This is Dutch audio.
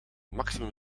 maximum